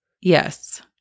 Yes